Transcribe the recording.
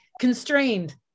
constrained